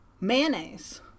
mayonnaise